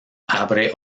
abre